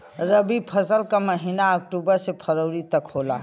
रवी फसल क महिना अक्टूबर से फरवरी तक होला